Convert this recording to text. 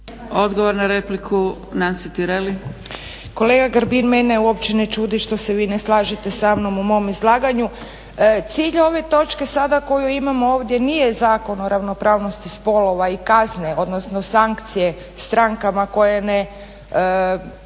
- Stranka rada)** Kolega Grbin, mene uopće ne čudi što se vi ne slažete sa mnom u mom izlaganju. Cilj ove točke sada koju imamo ovdje nije Zakon o ravnopravnosti spolova i kazne odnosno sankcije strankama koje ne,